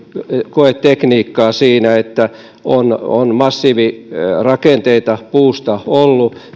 koetekniikkaa siinä että on on massiivirakenteita puusta ollut